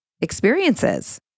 experiences